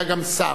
הוא היה גם שר.